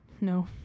No